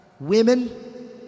Women